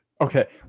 Okay